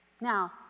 Now